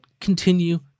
continue